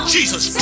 Jesus